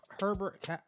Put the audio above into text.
Herbert